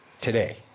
today